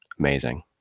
amazing